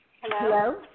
hello